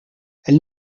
elle